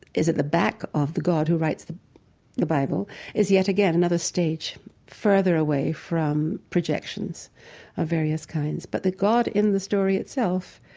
is at the back of the god who writes the the bible is yet again another stage further away from projections of various kinds. but the god in the story itself,